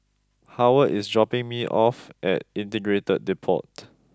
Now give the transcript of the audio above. Howard is dropping me off at Integrated Depot